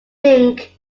think